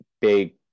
big